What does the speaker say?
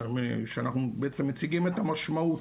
אנחנו מציגים את המשמעות,